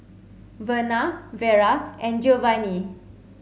Verna Vera and Geovanni